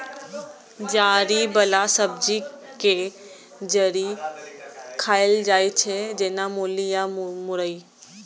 जड़ि बला सब्जी के जड़ि खाएल जाइ छै, जेना मूली या मुरइ